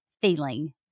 feeling